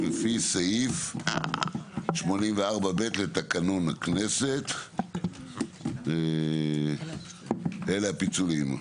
2024) לפי סעיף 84 ב' לתקנון הכנסת, אלה הפיצולים.